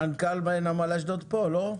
מנכ"ל נמל אשדוד פה, לא?